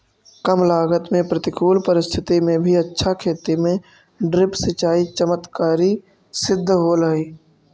कम लागत में प्रतिकूल परिस्थिति में भी अच्छा खेती में ड्रिप सिंचाई चमत्कारी सिद्ध होल हइ